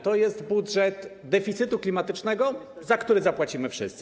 To jest budżet deficytu klimatycznego, za który zapłacimy wszyscy.